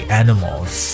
animals